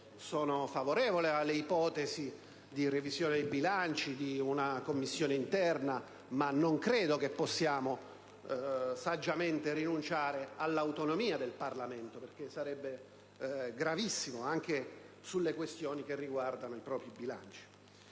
Sono favorevole alle ipotesi di revisione dei bilanci e di una commissione interna, ma non credo che possiamo saggiamente rinunciare all'autonomia del Parlamento - perché sarebbe gravissimo - anche sulle questioni che riguardano i propri bilanci.